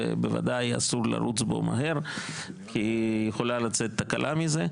ובוודאי אסור לרוץ בו מהר כי יכולה לצאת תקלה מזה.